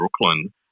Brooklyn